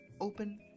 Open